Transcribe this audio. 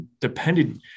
dependent